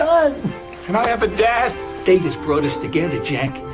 um have a dad fate has brought us together, jack,